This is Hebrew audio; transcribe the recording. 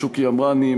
שוקי אמרני,